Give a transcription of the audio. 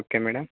okay madam